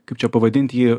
kaip čia pavadint jį